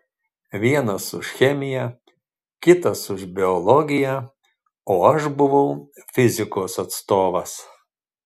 vienas už chemiją kitas už biologiją o aš buvau fizikos atstovas